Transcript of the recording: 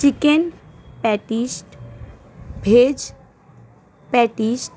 chicken patties veg patties